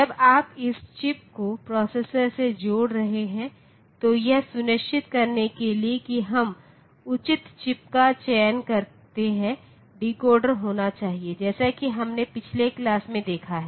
जब आप इस चिप को प्रोसेसर से जोड़ रहे हैं तो यह सुनिश्चित करने के लिए कि हम उचित चिप का चयन करते हैं डिकोडर होना चाहिए जैसा कि हमने पिछले क्लास में देखा है